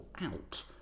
out